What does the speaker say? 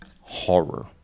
horror